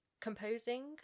composing